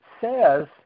says